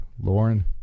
Lauren